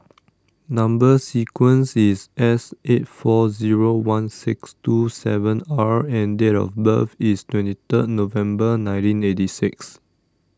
Number Sequence is S eight four zero one six two seven R and date of birth is twenty third November nineteen eighty six